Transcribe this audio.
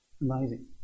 Amazing